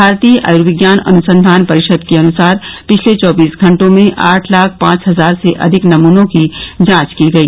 भारतीय आयुर्विज्ञान अनुसंघान परिषद के अनुसार पिछले चौबीस घटों में आठ लाख पांच हजार से अधिक नमूनों की जांच की गई